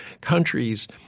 countries –